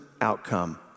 outcome